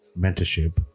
Mentorship